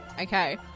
Okay